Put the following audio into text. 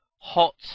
Hot